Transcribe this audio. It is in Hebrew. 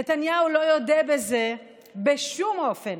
נתניהו לא יודה בזה בשום אופן,